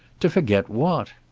to forget what?